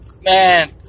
Man